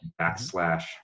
backslash